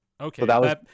Okay